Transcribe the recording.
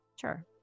Sure